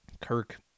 Kirk